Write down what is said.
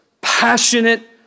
passionate